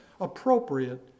appropriate